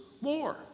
more